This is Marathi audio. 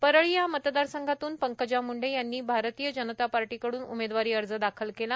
परळी या मतदारसंघातून पंकजा मूंडे यांनी भारतीय जनता पक्षाकडून उमेदवारी अर्ज दाखल केला